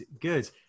good